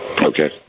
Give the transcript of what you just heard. Okay